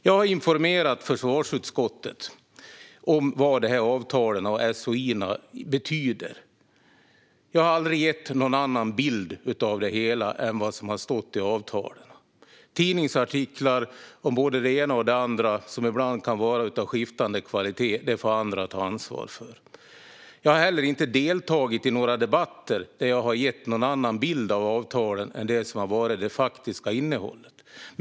Jag har informerat försvarsutskottet om vad dessa avtal och SOI:er betyder. Jag har aldrig gett någon annan bild av det hela än vad som har stått i avtalet. Tidningsartiklar om både det ena och det andra, som ibland kan vara av skiftande kvalitet, får andra ta ansvar för. Jag har heller inte deltagit i några debatter där jag har gett någon annan bild av avtalen än det som har varit det faktiska innehållet.